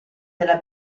della